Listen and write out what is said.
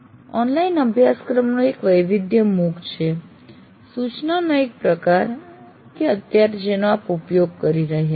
online અભ્યાસક્રમનું એક વૈવિધ્ય MOOC છે સૂચનાનો એક પ્રકાર કે અત્યારે જેનો આપ ઉપયોગ કરી રહ્યા છો